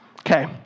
Okay